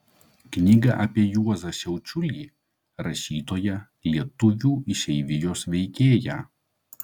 knyga apie juozą šiaučiulį rašytoją lietuvių išeivijos veikėją